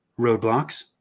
roadblocks